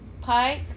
Pike